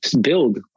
build